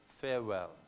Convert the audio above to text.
farewell